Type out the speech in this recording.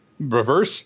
Reverse